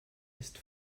ist